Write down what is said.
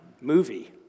movie